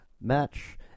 match